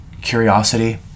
curiosity